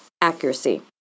accuracy